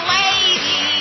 lady